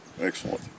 Excellent